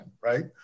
right